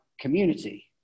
community